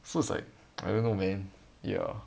so it's like I don't know man ya